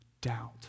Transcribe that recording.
Doubt